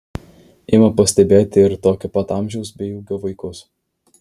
ima pastebėti ir tokio pat amžiaus bei ūgio vaikus